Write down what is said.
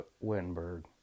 Wittenberg